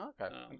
okay